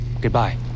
Goodbye